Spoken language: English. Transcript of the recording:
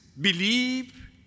believe